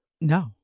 No